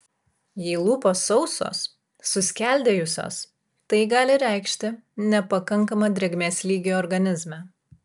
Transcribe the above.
jei lūpos sausos suskeldėjusios tai gali reikšti nepakankamą drėgmės lygį organizme